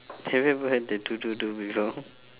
have you ever heard the ddu-du ddu-du before